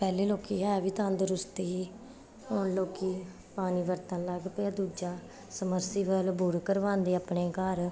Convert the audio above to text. ਪਹਿਲੇ ਲੋਕੀ ਹੈ ਵੀ ਤੰਦਰੁਸਤ ਸੀ ਹੁਣ ਲੋਕੀ ਪਾਣੀ ਵਰਤਣ ਲੱਗ ਪਏ ਹੈ ਦੂਜਾ ਸਮਰਸੀਬਲ ਬੋਰ ਕਰਵਾਉਂਦੇ ਆਪਣੇ ਘਰ